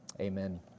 amen